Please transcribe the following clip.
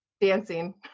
dancing